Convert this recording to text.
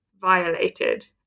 violated